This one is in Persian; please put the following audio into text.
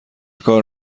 کار